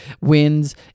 wins